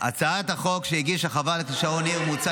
בהצעת החוק שהגישה חברת הכנסת שרון ניר מוצע